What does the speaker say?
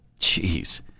Jeez